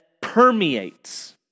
permeates